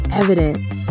evidence